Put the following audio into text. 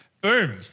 Boom